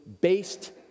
based